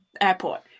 airport